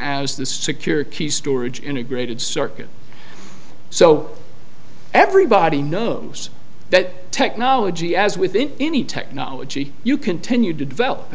as the secure key storage integrated circuit so everybody knows that technology as within any technology you continued to develop